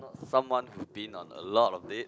someone who been on a lot of it